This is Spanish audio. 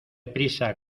prisa